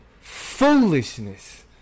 foolishness